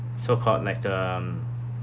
so-called like the um